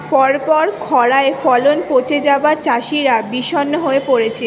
পরপর খড়ায় ফলন পচে যাওয়ায় চাষিরা বিষণ্ণ হয়ে পরেছে